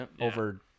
over